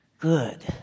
good